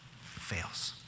fails